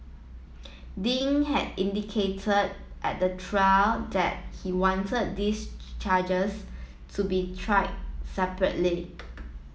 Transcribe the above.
Ding had indicated at the trial that he wanted these charges to be tried separately